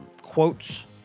quotes